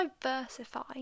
diversify